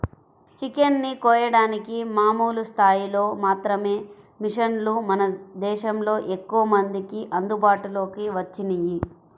chicken ని కోయడానికి మామూలు స్థాయిలో మాత్రమే మిషన్లు మన దేశంలో ఎక్కువమందికి అందుబాటులోకి వచ్చినియ్యి